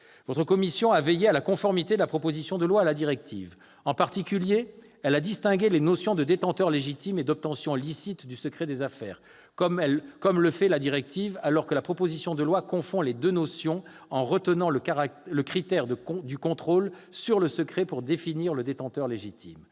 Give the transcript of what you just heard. Votre commission a veillé à la conformité de la proposition de loi à la directive. En particulier, elle a distingué, à l'instar de la directive, les notions de « détenteur légitime » et d'« obtention licite » du secret des affaires, alors que la proposition de loi confond ces deux notions, en retenant le critère du contrôle sur le secret pour définir le détenteur légitime.